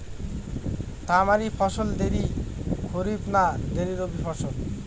তামারি ফসল দেরী খরিফ না দেরী রবি ফসল?